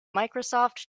microsoft